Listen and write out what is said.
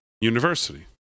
University